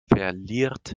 verliert